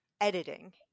Editing